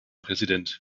präsident